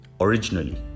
originally